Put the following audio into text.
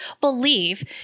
believe